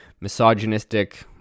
misogynistic